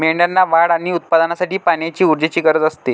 मेंढ्यांना वाढ आणि उत्पादनासाठी पाण्याची ऊर्जेची गरज असते